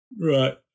Right